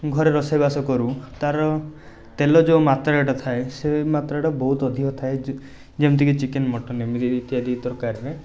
ଘରେ ରୋଷେଇବାସ କରୁ ତା'ର ତେଲ ଯେଉଁ ମାତ୍ରଟା ଥାଏ ସେଇ ମାତ୍ରଟା ବହୁତ ଅଧିକ ଥାଏ ଯେ ଯେମିତିକି ଚିକେନ୍ ମଟନ୍ ଏମିତି ତିଆରି ତରକାରୀରେ